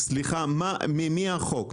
סליחה, מי החוק?